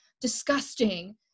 disgusting